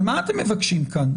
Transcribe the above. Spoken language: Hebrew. אבל מה אתם מבקשים כאן?